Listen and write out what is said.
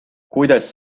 kuidas